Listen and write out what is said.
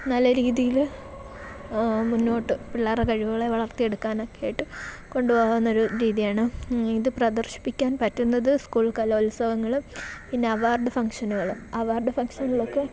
നല്ല രീതിയിൽ മുന്നോട്ടു പിള്ളേരെ കഴിവുകളെ വളർത്തി എടുക്കാനൊക്കെയായിട്ട് കൊണ്ടു വന്നൊരു രീതിയാണ് ഇതു പ്രദർശിപ്പിക്കാൻ പറ്റുന്നത് സ്കൂൾ കലോത്സവങ്ങളും പിന്നെ അവാർഡ് ഫങ്ഷനുകളും അവാർഡ് ഫങ്ഷനുകളൊക്കെ